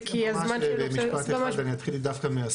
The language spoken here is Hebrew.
ממש במשפט אחד, אני אתחיל דווקא מהסוף.